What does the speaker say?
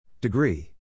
Degree